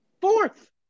Fourth